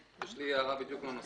יש לי הערה בדיוק לנושא הזה.